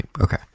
okay